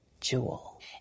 jewel